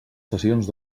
sessions